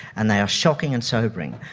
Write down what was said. and they are shocking and sobering.